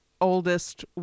oldest